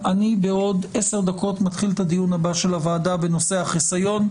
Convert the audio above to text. בעוד 10 דקות אני מתחיל את הדיון הבא של הוועדה בנושא החיסיון.